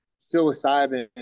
psilocybin